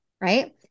right